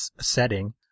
setting